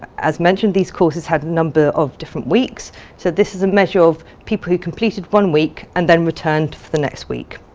as mentioned these courses had a number of different weeks so this is a measure of people who completed one week and then returned for the next week.